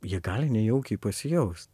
jie gali nejaukiai pasijaust